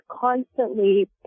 constantly